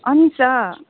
अनि त